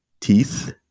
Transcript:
teeth